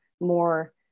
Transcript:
more